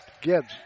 Gibbs